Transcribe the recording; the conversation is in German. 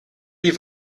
die